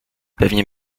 pewnie